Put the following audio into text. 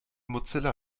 mozilla